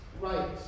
right